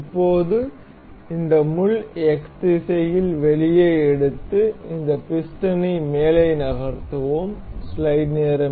இப்போது இந்த முள் X திசையில் வெளியே எடுத்து இந்த பிஸ்டனை மேலே நகர்த்துவோம்